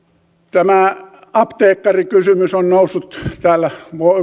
tämä apteekkarikysymys on noussut täällä